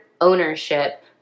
ownership